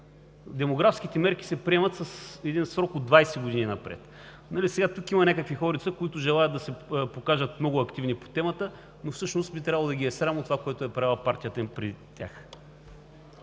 Демографските мерки се приемат с един срок от 20 години напред. Сега тук има някакви хорица, които желаят да се покажат много активни по темата, но всъщност би трябвало да ги е срам от това, което е правила партията им преди тях.